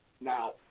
Now